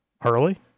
Hurley